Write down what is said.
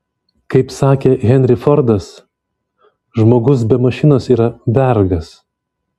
kaip sakė henry fordas žmogus be mašinos yra vergas